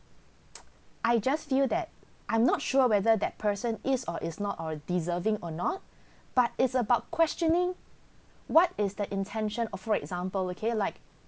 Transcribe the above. I just feel that I'm not sure whether that person is or is not or deserving or not but it's about questioning what is the intention for example okay like